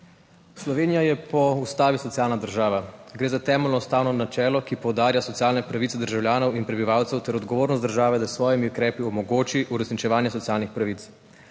Slovenija je po ustavi socialna država. Gre za temeljno ustavno načelo, ki poudarja socialne pravice državljanov in prebivalcev ter odgovornost države, da s svojimi ukrepi omogoči uresničevanje socialnih pravic.